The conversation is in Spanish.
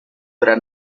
verá